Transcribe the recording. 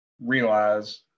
realize